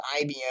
IBM